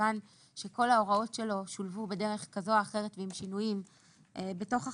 מכיוון שכל ההוראות שלו שולבו בדרך כזו או אחרת עם שינויים בתוך החוק,